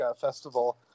festival